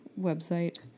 website